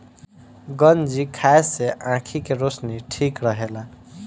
गंजी खाए से आंखी के रौशनी ठीक रहेला